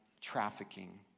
trafficking